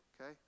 Okay